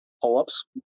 pull-ups